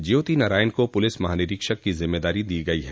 ज्योति नारायण को पुलिस महानिरीक्षक की जिम्मेदारी दी गयी है